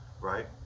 right